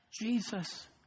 Jesus